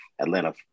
Atlanta